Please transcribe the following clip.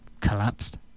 collapsed